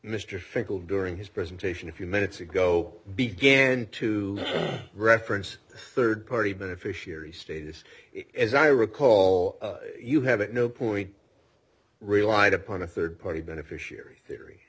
mr finkel during his presentation a few minutes ago began to reference third party beneficiary status is i recall you have at no point relied upon a third party beneficiary theory